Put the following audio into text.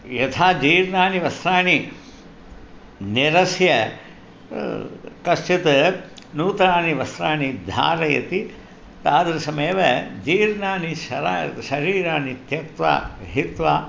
यथा जीर्णानि वस्त्राणि निरस्य कश्चित् नूतनानि वस्त्राणि धारयति तादृशमेव जीर्णानि शरा शरीराणि त्यक्त्वा हित्वा